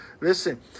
listen